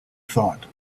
thought